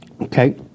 Okay